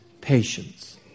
patience